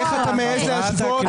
איך אתה מעז להשוות?